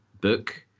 book